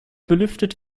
belüftet